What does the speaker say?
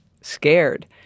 scared